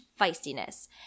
feistiness